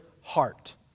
heart